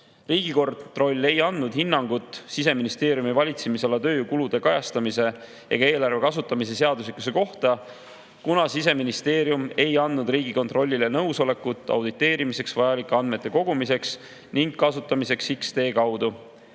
Riigikontroll ei andnud hinnangut Siseministeeriumi valitsemisala tööjõukulude kajastamise ega eelarve kasutamise seaduslikkuse kohta, kuna Siseministeerium ei andnud Riigikontrollile nõusolekut auditeerimiseks vajalike andmete kogumiseks ja kasutamiseks X‑tee kaudu